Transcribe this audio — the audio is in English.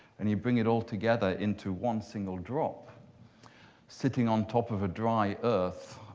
and you bring it all together into one single drop sitting on top of a dry earth,